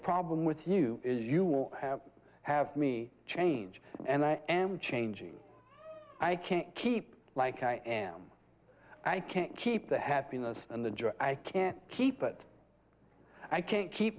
problem with you is you have to have me change and i am changing i can't keep like i am i can't keep the happiness and the joy i can't keep it i can't keep